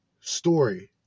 story